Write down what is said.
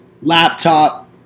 laptop